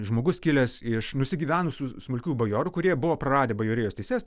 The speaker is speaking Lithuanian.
žmogus kilęs iš nusigyvenusių smulkių bajorų kurie buvo praradę bajorijos teises